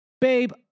Babe